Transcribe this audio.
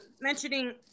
mentioning